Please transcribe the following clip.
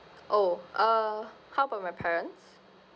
oh uh how about my parents